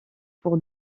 pour